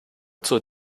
zur